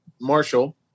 Marshall